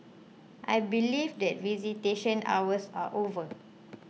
I believe that visitation hours are over